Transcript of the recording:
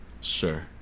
Sure